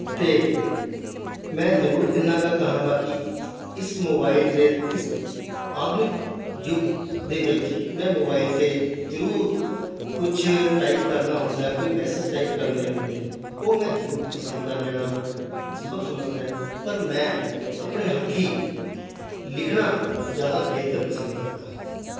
ਅਤੇ ਮੈਂ ਜ਼ਰੂਰ ਇੰਨਾ ਕੁ ਕਹਾਂਗਾ ਕਿ ਇਸ ਮੋਬਾਇਲ ਦੇ ਇਸ ਆਧੁਨਿਕ ਯੁੱਗ ਦੇ ਵਿੱਚ ਮੈਂ ਮੋਬਾਇਲ 'ਤੇ ਜ਼ਰੂਰ ਕੁਛ ਟਾਈਪ ਕਰਨਾ ਹੁੰਦਾ ਕੋਈ ਮੈਸੇਜ ਟਾਈਪ ਕਰਨੇ ਹੁੰਦੇ ਹਨ ਉਹ ਮੈਂ ਜ਼ਰੂਰ ਪਸੰਦ ਕਰ ਲੈਣਾ ਸੰਭਵ ਸਮਝਦਾ ਪਰ ਮੈਂ ਆਪਣੇ ਹੱਥੀਂ ਲਿਖਣਾ ਜ਼ਿਆਦਾ ਬਿਹਤਰ ਪਸੰਦ ਕਰਦਾ ਹਾਂ